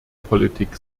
politik